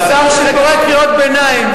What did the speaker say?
שר שקורא קריאות ביניים,